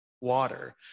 water